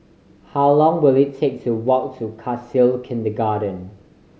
how long will it take to walk to Khalsa Kindergarten